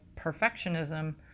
perfectionism